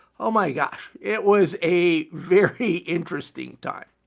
oh my gosh, it was a very interesting time.